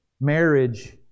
marriage